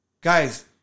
Guys